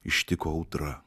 ištiko audra